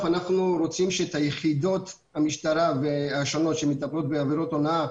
אבל אם כל הפרת חוזה תבוא לפתחה של המשטרה אז המשטרה לא תוכל לעמוד בזה.